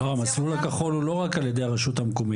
המסלול הכחול הוא לא רק על ידי הרשות המקומית.